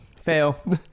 fail